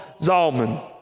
Zalman